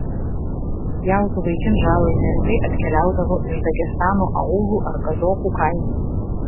pjautuvai kinžalai neretai atkeliaudavo iš dagestano aūlų ar kazokų kaimų